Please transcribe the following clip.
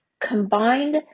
combined